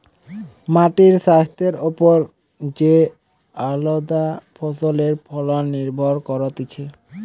মাটির স্বাস্থ্যের ওপর যে আলদা ফসলের ফলন নির্ভর করতিছে